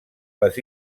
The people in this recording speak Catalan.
les